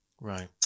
Right